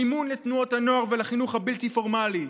המימון לתנועות הנוער ולחינוך הבלתי-פורמלי,